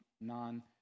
non